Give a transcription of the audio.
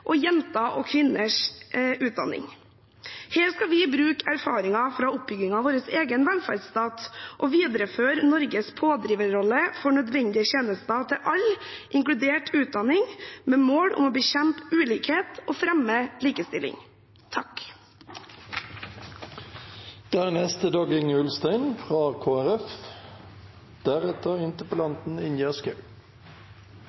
og jenter og kvinners utdanning. Her skal vi bruke erfaringene fra oppbyggingen av vår egen velferdsstat og videreføre Norges pådriverrolle for nødvendige tjenester til alle, inkludert utdanning, med mål om å bekjempe ulikhet og fremme likestilling. Det er stilt gode spørsmål fra